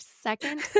second